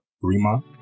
Rima